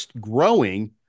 growing